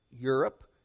Europe